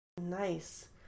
Nice